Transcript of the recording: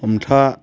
हमथा